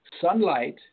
sunlight